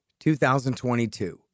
2022